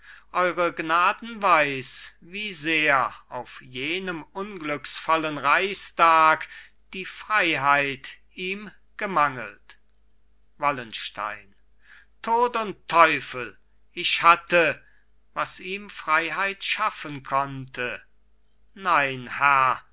eure gnaden weiß wie sehr auf jenem unglücksvollen reichstag die freiheit ihm gemangelt wallenstein tod und teufel ich hatte was ihm freiheit schaffen konnte nein herr